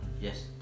Yes